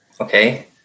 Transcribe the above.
okay